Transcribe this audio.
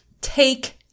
take